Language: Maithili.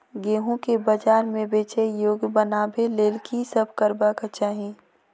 गेंहूँ केँ बजार मे बेचै योग्य बनाबय लेल की सब करबाक चाहि?